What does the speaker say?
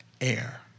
air